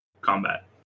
combat